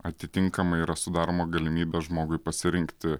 atitinkamai yra sudaroma galimybė žmogui pasirinkti